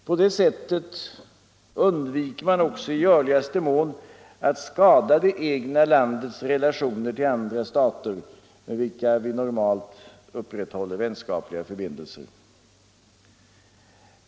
På det sättet undviker man också i görligaste mån att skada det egna landets relationer till andra stater, med vilka vi normalt upprätthåller vänskapliga förbindelser.